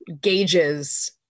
gauges